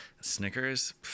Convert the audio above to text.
snickers